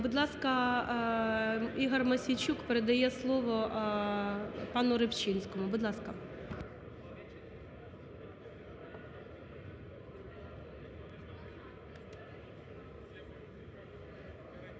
Будь ласка, Ігор Мосійчук передає слово пану Рибчинському. Будь ласка.